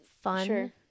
fun